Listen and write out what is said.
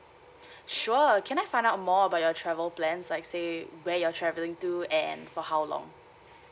sure can I find out more about your travel plans like say where you're travelling to and for how long